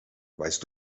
weißt